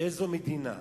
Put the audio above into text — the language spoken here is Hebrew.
איזו מדינה,